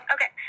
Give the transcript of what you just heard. Okay